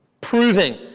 Proving